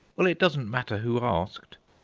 well, it doesn't matter who asked.